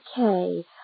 Okay